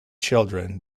children